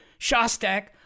Shostak